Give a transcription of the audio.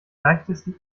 leichtesten